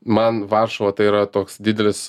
man varšuva tai yra toks didelis